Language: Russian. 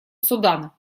судана